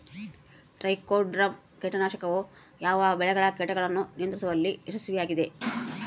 Trichoderma ಕೇಟನಾಶಕವು ಯಾವ ಬೆಳೆಗಳ ಕೇಟಗಳನ್ನು ನಿಯಂತ್ರಿಸುವಲ್ಲಿ ಯಶಸ್ವಿಯಾಗಿದೆ?